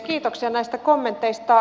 kiitoksia näistä kommenteista